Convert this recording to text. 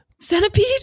centipede